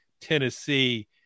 Tennessee